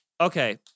Okay